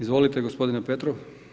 Izvolite gospodine Petrov.